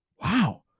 Wow